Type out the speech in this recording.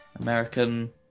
American